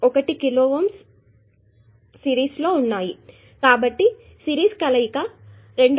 1 కిలోΩ మరియు ఇది సిరీస్ లో ఉన్నాయి కాబట్టి సిరీస్ కలయిక 2